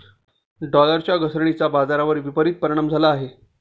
डॉलरच्या घसरणीचा बाजारावर विपरीत परिणाम झाला आहे